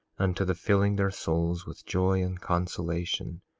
unto the filling their souls with joy and consolation,